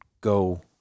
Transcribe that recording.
go